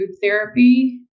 therapy